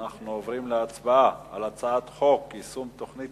אנחנו עוברים להצבעה על הצעת חוק יישום תוכנית